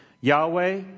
Yahweh